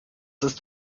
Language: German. ist